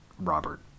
Robert